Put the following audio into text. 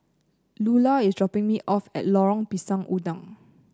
Lular is dropping me off at Lorong Pisang Udang